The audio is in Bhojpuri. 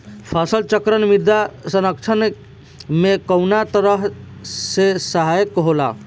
फसल चक्रण मृदा संरक्षण में कउना तरह से सहायक होला?